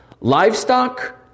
livestock